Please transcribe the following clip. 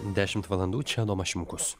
dešimt valandų čia adomas šimkus